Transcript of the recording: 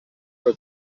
que